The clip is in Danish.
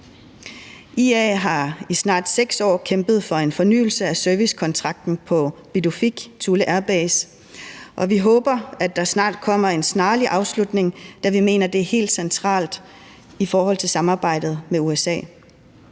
IA har i snart 6 år kæmpet for en fornyelse af servicekontrakten på Pituffik, Thule Airbase, og vi håber, at der snart kommer en afslutning, da vi mener, det er helt centralt i forhold til samarbejdet med USA.